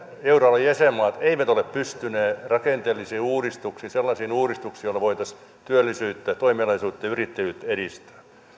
euroalueen jäsenmaat eivät ole pystyneet rakenteellisiin uudistuksiin sellaisiin uudistuksiin joilla voitaisiin työllisyyttä toimeliaisuutta ja yrittäjyyttä edistää